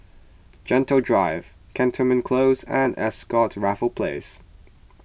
Gentle Drive Cantonment Close and Ascott Raffles Place